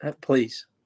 Please